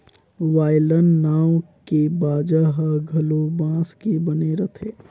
violin नांव के बाजा ह घलो बांस के बने रथे